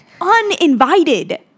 uninvited